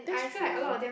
that's true